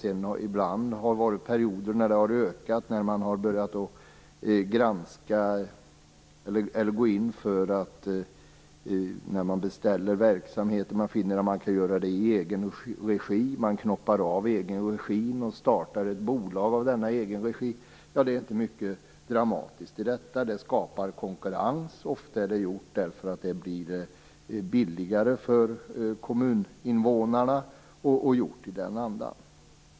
Det har kommit perioder där man har granskat verksamheten och funnit att man kan driva den i egen regi. Man knoppar sedan av egenregiverksamheten och startar ett bolag av denna. Det är inte något dramatiskt i detta. Det skapar konkurrens. Ofta görs det därför att det är billigare för kommuninvånarna. Det är gjort i den andan.